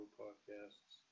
podcasts